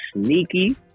sneaky